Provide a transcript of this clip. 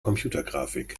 computergrafik